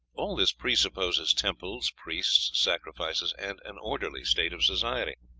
all this presupposes temples, priests, sacrifices, and an orderly state of society.